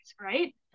right